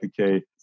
okay